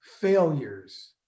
failures